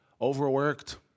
overworked